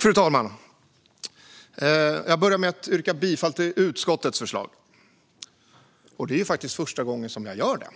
Fru talman! Jag vill börja med att yrka bifall till utskottets förslag. Och det är faktiskt första gången jag gör